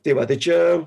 tai va tai čia